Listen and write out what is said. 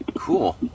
Cool